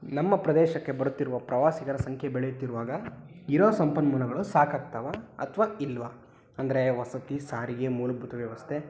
ನಮ್ಮ ಪ್ರದೇಶಕ್ಕೆ ಬರುತ್ತಿರುವ ಪ್ರವಾಸಿಗರ ಸಂಖ್ಯೆ ಬೆಳೆಯುತ್ತಿರುವಾಗ ಇರೋ ಸಂಪನ್ಮೂಲಗಳು ಸಾಕಾಗ್ತವಾ ಅಥ್ವಾ ಇಲ್ಲವಾ ಅಂದರೆ ವಸತಿ ಸಾರಿಗೆ ಮೂಲಭೂತ ವ್ಯವಸ್ಥೆ